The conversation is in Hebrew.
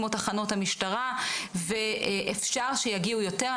כמו תחנות המשטרה ואפשר שיגיעו יותר.